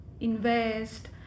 invest